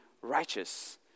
righteous